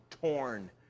torn